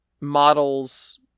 models